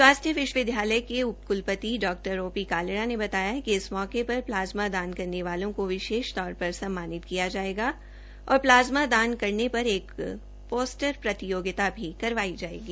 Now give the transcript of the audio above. स्वास्थ्य विश्वविद्यालय के उ क्ल ति डा ओ ी कालड़ा ने बताया कि इस मौके र प्लाज्मा दान करने वालों को विशेष तौर र सम्मानित किया जायेगा और प्लाज्मा दान करने र ोस्टर प्रतियोगिता भी करवाई जायेगी